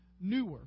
newer